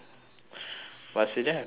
but stadium have nothing to eat